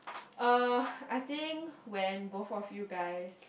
uh I think when both of you guys